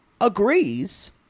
agrees